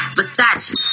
Versace